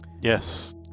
Yes